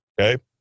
okay